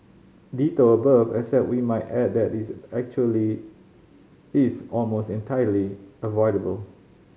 ditto above except we might add that this actually is almost entirely avoidable